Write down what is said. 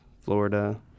Florida